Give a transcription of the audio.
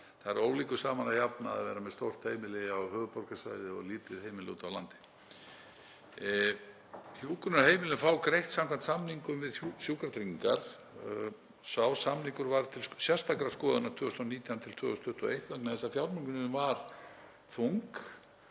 það er ólíku saman að jafna að vera með stórt heimili á höfuðborgarsvæðinu og lítið heimili úti á landi. Hjúkrunarheimilin fá greitt samkvæmt samningum við Sjúkratryggingar Íslands. Sá samningur var til sérstakrar skoðunar 2019–2021 vegna þess að fjármögnunin var þung.